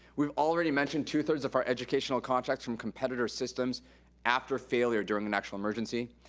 we've already mentioned two three of our educational contracts from competitor systems after failure during an actual emergency.